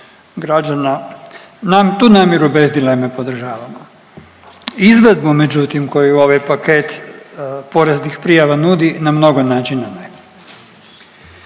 građana, tu namjeru bez dileme podržavamo. Izvedbu međutim koju ovaj paket poreznih prijava nudi na mnogo načina ne.